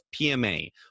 PMA